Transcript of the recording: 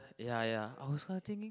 ya ya I was kinda thinking